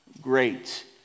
Great